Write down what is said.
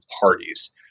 parties